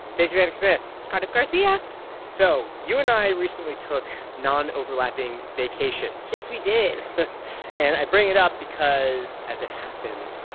stacey vanek smith cardiff garcia so you and i recently took non-overlapping vacations yes, we did and i bring it up because as it happens,